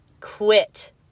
quit